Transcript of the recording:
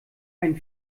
einen